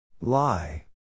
Lie